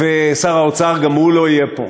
ושר האוצר, גם הוא לא יהיה פה.